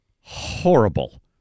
horrible